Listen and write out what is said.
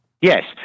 Yes